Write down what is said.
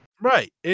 Right